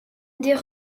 des